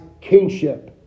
kingship